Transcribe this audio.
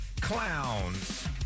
clowns